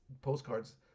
postcards